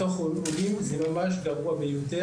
בתור עולים זה גרוע ביותר.